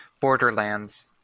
borderlands